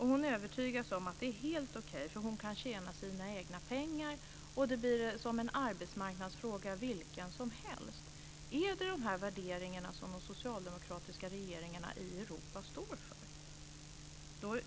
Hon övertygas om att det är helt okej, för hon kan tjäna sina egna pengar. Det blir som en arbetsmarknadsfråga vilken som helst. Är det de här värderingarna som de socialdemokratiska regeringarna i Europa står för?